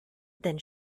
than